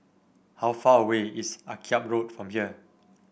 how far away is Akyab Road from here